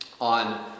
on